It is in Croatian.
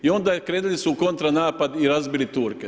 I onda je, krenuli su u kontranapad i razbili Turke.